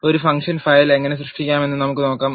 ഒരു function file എങ്ങനെ സൃഷ്ടിക്കാമെന്ന് നമുക്ക് നോക്കാം